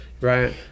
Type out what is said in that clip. right